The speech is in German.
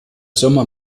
sommer